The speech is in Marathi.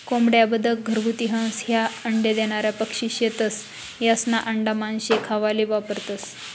कोंबड्या, बदक, घरगुती हंस, ह्या अंडा देनारा पक्शी शेतस, यास्ना आंडा मानशे खावाले वापरतंस